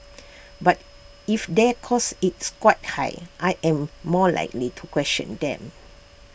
but if the cost its quite high I am more likely to question them